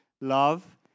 love